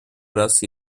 раз